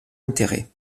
enterrés